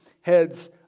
heads